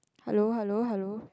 hello hello hello